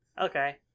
Okay